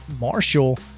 Marshall